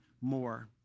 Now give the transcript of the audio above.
more